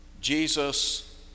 Jesus